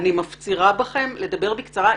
אני מפצירה בכם לדבר בקצרה.